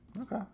Okay